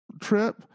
trip